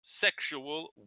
sexual